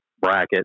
bracket